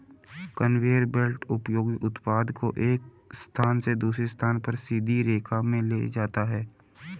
conveyor belt उपयोगी उत्पाद को एक स्थान से दूसरे स्थान पर सीधी रेखा में ले जाता है